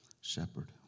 shepherd